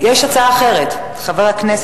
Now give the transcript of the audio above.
ההצעה להעביר את הנושא